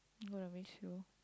I'm gonna miss you